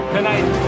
Tonight